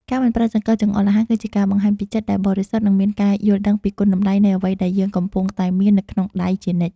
ការមិនប្រើចង្កឹះចង្អុលអាហារគឺជាការបង្ហាញពីចិត្តដែលបរិសុទ្ធនិងមានការយល់ដឹងពីគុណតម្លៃនៃអ្វីដែលយើងកំពុងតែមាននៅក្នុងដៃជានិច្ច។